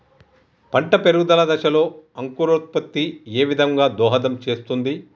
పంట పెరుగుదల దశలో అంకురోత్ఫత్తి ఏ విధంగా దోహదం చేస్తుంది?